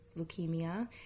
leukemia